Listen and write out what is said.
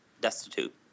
destitute